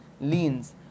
leans